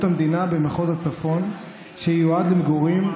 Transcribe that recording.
המדינה במחוז הצפון שייועד למגורים,